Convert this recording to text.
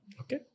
Okay